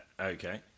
Okay